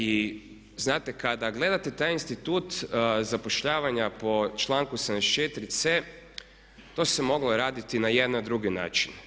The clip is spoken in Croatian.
I znate kada gledate taj institut zapošljavanja po članku 74C to se moglo raditi na jedan na jedan drugi način.